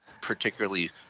particularly